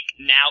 now